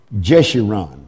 Jeshurun